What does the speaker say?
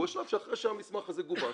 הוא השלב שאחרי שהמסמך הזה גובש.